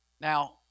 Now